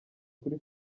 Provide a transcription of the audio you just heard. kuri